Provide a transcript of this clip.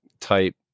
type